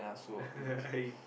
I